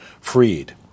freed